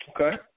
Okay